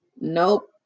Nope